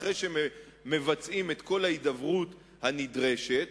אחרי שמבצעים את כל ההידברות הנדרשת,